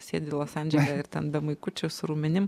sėdi los andžele ir ten be maikučių su raumenim